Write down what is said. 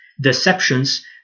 deceptions